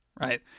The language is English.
right